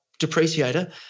depreciator